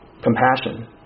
compassion